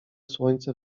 słońce